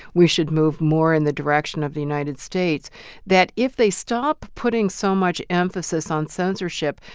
we should move more in the direction of the united states that if they stop putting so much emphasis on censorship,